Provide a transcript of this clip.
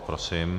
Prosím.